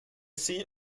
sie